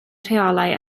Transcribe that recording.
rheolau